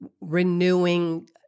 renewing